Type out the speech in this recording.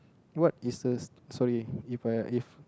what is the sorry If I if